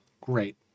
Great